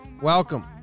Welcome